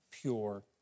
pure